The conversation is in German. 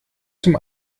zum